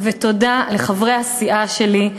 ותודה לחברי הסיעה שלי,